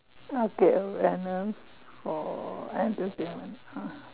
okay uh for entertainment ah